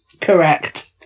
Correct